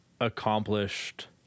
accomplished